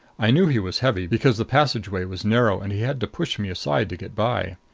i knew he was heavy, because the passageway was narrow and he had to push me aside to get by.